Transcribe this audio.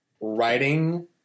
Writing